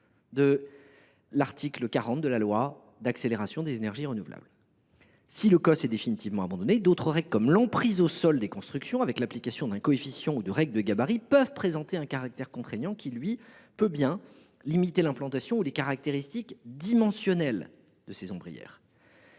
à l’accélération de la production d’énergies renouvelables. Toutefois, si le COS est définitivement abandonné, d’autres règles comme l’emprise au sol des constructions, avec l’application d’un coefficient, ou encore des règles de gabarit, peuvent présenter un caractère contraignant qui, lui, peut limiter l’implantation ou les caractéristiques dimensionnelles des ombrières.